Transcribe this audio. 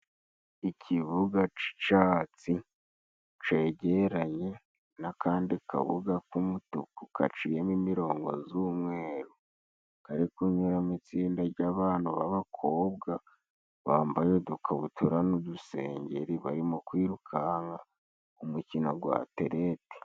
Ikibuga c'icatsi, cegeranye n'akandi kabuga k'umutuku kaciyemo imirongo z'umweru, kari kunyuramo itsinda ry'abantu b'abakobwa, bambaye udukabutura n'udusengeri barimo kwirukanka umukino gwa atereti.